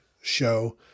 show